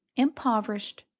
impoverished,